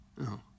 No